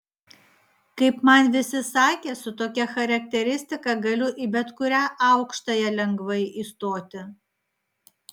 kaip man visi sakė su tokia charakteristika galiu į bet kurią aukštąją lengvai įstoti